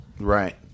Right